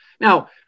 Now